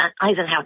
Eisenhower